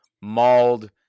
mauled